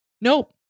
Nope